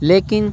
لیکن